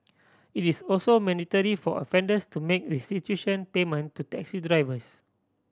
it is also mandatory for offenders to make restitution payment to taxi drivers